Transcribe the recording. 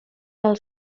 del